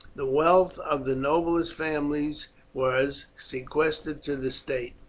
the wealth of the noblest families was sequestrated to the state.